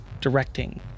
directing